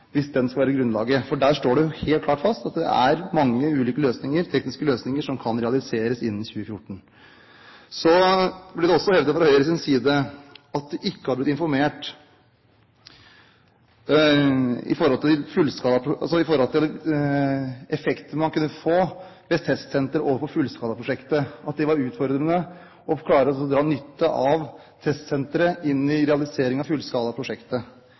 hvis den skulle være grunnlaget. For der slås det helt klart fast at det er mange ulike tekniske løsninger som kan realiseres innen 2014. Så ble det også hevdet fra Høyres side at det ikke var blitt informert om effekten man kunne få ved et testsenter for fullskalaprosjektet, at det var utfordrende å klare å dra nytte av testsenteret i realiseringen av fullskalaprosjektet.